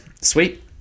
Sweet